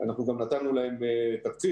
אנחנו גם נתנו להם תקציב,